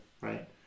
Right